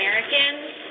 Americans